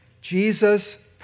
Jesus